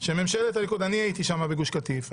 שממשלת הליכוד אני הייתי שמה בגוש קטיף,